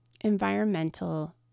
environmental